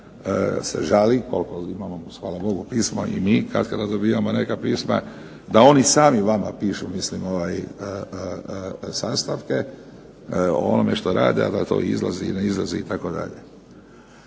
se žali, koliko imamo hvala Bogu pismo i mi katkada dobivamo neka pisma, da oni sami vama pišu sastavke o onome što rade, a da to izlazi i ne izlazi itd.